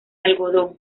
algodón